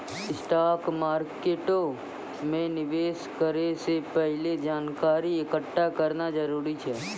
stock मार्केटो मे निवेश करै से पहिले जानकारी एकठ्ठा करना जरूरी छै